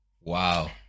Wow